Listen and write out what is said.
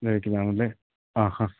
നൈറ്റിലാണല്ലേ ആഹാ